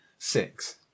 Six